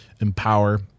empower